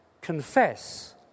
confess